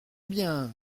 bien